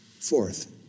Fourth